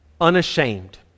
unashamed